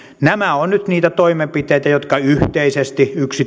nämä ovat nyt niitä toimenpiteitä jotka yhteisesti yksituumaisesti parlamentaarisesti